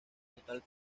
total